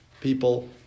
People